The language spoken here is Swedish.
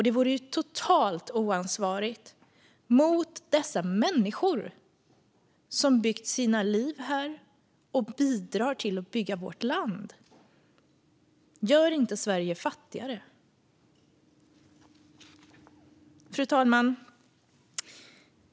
Det vore dessutom totalt oansvarigt mot dessa människor, som byggt sina liv här och bidrar till att bygga vårt land. Gör inte Sverige fattigare! Fru talman!